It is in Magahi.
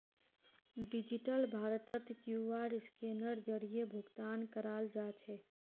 डिजिटल भारतत क्यूआर स्कैनेर जरीए भुकतान कराल जाछेक